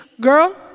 girl